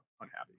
unhappy